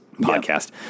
podcast